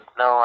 no